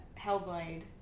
Hellblade